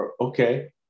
okay